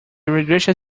irrigation